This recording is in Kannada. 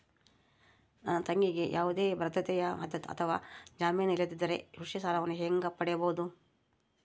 ನನ್ನ ತಂಗಿಗೆ ಯಾವುದೇ ಭದ್ರತೆ ಅಥವಾ ಜಾಮೇನು ಇಲ್ಲದಿದ್ದರೆ ಕೃಷಿ ಸಾಲವನ್ನು ಹೆಂಗ ಪಡಿಬಹುದು?